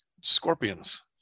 Scorpions